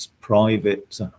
private